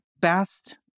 best